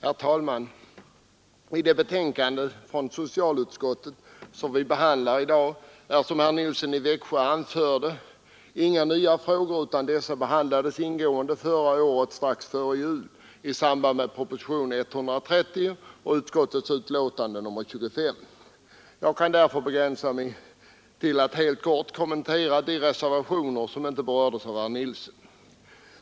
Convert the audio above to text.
Herr talman! De frågor som tas upp i det betänkande från socialutskottet som vi behandlar i dag är, som herr Nilsson i Växjö anförde, inte nya — de diskuterades ingående strax före jul förra året i samband med behandlingen av propositionen 130 och socialutskottets betänkande nr 25. Jag kan därför begränsa mig till att helt kort kommentera de reservationer som inte berördes av herr Nilsson.